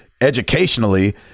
Educationally